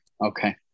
Okay